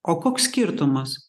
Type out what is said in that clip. o koks skirtumas